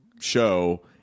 show